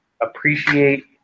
appreciate